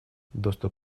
доступ